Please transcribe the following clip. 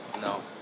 No